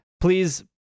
Please